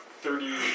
thirty